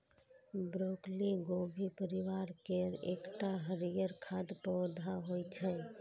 broccoli गोभी परिवार केर एकटा हरियर खाद्य पौधा होइ छै